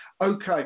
Okay